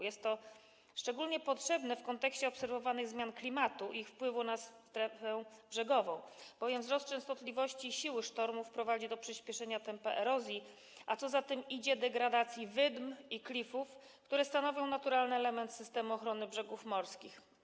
Jest to szczególnie potrzebne w kontekście obserwowanych zmian klimatu i ich wpływu na strefę brzegową, bowiem wzrost częstotliwości i siły sztormów prowadzi do przyspieszenia tempa erozji, a co za tym idzie - degradacji wydm i klifów, które stanowią naturalny element systemu ochrony brzegów morskich.